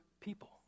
people